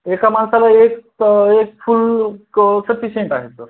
एका माणसाला एक एक फुल क सफिशिंट आहे सर